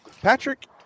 Patrick